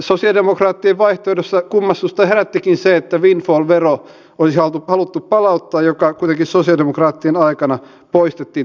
sosialidemokraattien vaihtoehdossa kummastusta herättikin se että windfall vero olisi haluttu palauttaa joka kuitenkin sosialidemokraattien aikana poistettiin